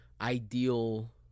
ideal